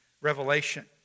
revelation